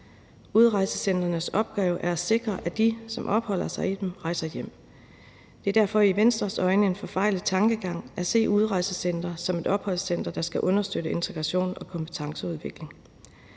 Udrejsecentrenes opgave er at sikre, at de, som opholder sig i dem, rejser hjem. Det er derfor i Venstres øjne en forfejlet tankegang at se udrejsecentre som opholdscentre, der skal understøtte integration og kompetenceudvikling.